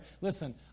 Listen